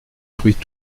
fruits